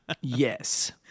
Yes